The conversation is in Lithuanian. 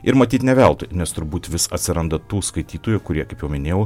ir matyt ne veltui nes turbūt vis atsiranda tų skaitytojų kurie kaip jau minėjau